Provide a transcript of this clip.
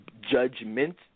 judgment